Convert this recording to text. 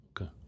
Okay